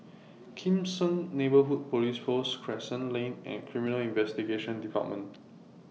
Kim Seng Neighbourhood Police Post Crescent Lane and Criminal Investigation department